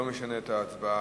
ההצעה